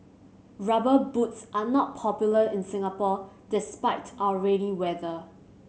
Rubber Boots are not popular in Singapore despite our rainy weather